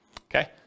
Okay